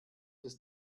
des